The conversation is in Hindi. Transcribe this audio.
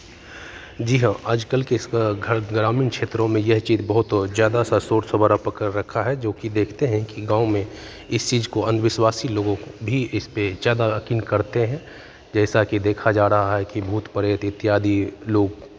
जी हाँ आज कल के इस घर ग्रामीण क्षेत्रों में यह चीज़ बहुत ज़्यादा सा सोर्स वगैरह पकड़ रखा है जोकि देखते हैं कि गाँव में इस चीज़ को अंधविस्वासी लोगों को भी इसपे ज़्यादा यकीन करते हैं जैसा कि देखा जा रहा है कि भूत प्रेत इत्यादि लोग